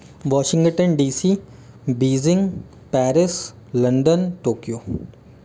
Washington DC Beijing Paris London Tokyo